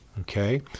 Okay